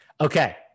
okay